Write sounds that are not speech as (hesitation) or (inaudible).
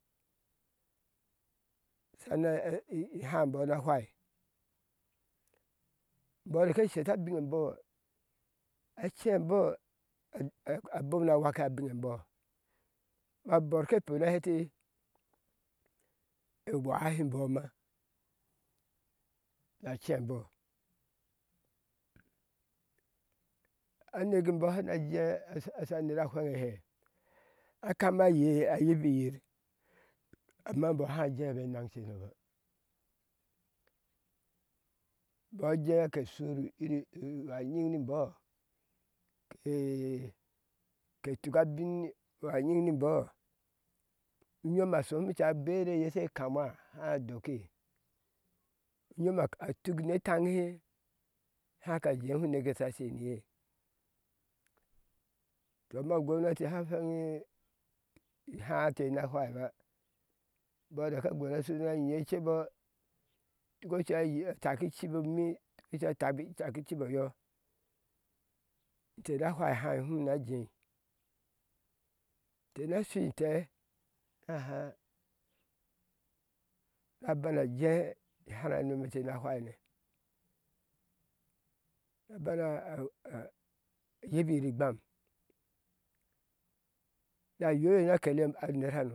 Shana ii hai emboɔ na fwai bɔɔ dike sheta biŋŋebɔɔ acebɔɔ a a bom na waka abinŋe embɔ a berke piu na hɛti ewahinbɔma na cenbɔ aneka bɔɔ hina jee ashe she anera fweŋe ehɛ akana yei a yibiyi amma imbɔ háá jeebɔ naŋ cenoba bɔɔ jee ke shi ii wanyiŋ ni imbɔɔ kece ketuka abin wanyiŋ nibɔɔ unyom a shohuma cáá bere ye shékamwa háá doki nyom a a tuk ne taŋnihe haka jehu uneke yesha shei ni ye to ma ugounati hau fweŋi iháá te na fwaiba bɔɔ daka gweneshu na nyi ecebɔɔ tuk ocui ataki cibi omi jee taki cibi yɔ inte na fwai hai hum na jee te na fwaine na bana (hesitation) yibiyir igbam na yeoye na a kele anerka